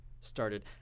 started